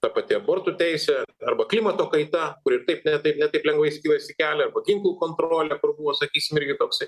ta pati abortų teisė arba klimato kaita kuri ir taip ne taip ne taip lengvai skinasi kelią arba ginklų kontrolė kur buvo sakysim irgi toksai